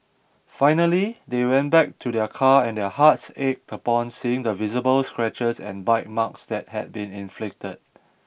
finally they went back to their car and their hearts ached upon seeing the visible scratches and bite marks that had been inflicted